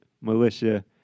militia